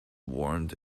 warmed